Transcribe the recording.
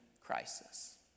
crisis